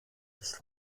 des